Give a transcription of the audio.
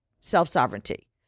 self-sovereignty